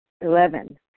Eleven